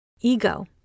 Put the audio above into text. ego